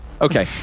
Okay